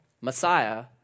Messiah